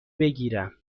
بگیرم